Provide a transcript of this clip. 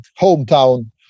hometown